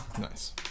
Nice